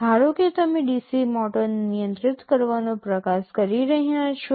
ધારો કે તમે DC મોટરને નિયંત્રિત કરવાનો પ્રયાસ કરી રહ્યાં છો